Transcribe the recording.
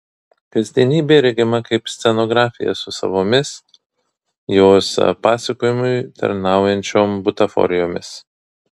kasdienybė regima kaip scenografija su savomis jos pasakojimui tarnaujančiom butaforijomis